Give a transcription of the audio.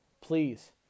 please